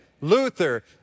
Luther